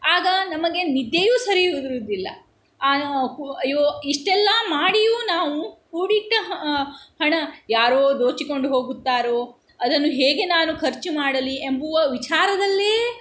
ಆಗ ನಮಗೆ ನಿದ್ದೆಯೂ ಸರಿ ಇರೋದಿಲ್ಲ ಅಯ್ಯೋ ಇಷ್ಟೆಲ್ಲ ಮಾಡಿಯೂ ನಾವು ಕೂಡಿಟ್ಟ ಹಣ ಯಾರೋ ದೋಚಿಕೊಂಡು ಹೋಗುತ್ತಾರೋ ಅದನ್ನು ಹೇಗೆ ನಾನು ಖರ್ಚುಮಾಡಲಿ ಎಂಬುವ ವಿಚಾರದಲ್ಲಿಯೇ